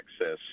access